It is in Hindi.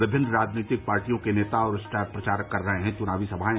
विभिन्न पार्टियों के नेता और स्टार प्रचारक कर रहे हैं चुनावी सभाएं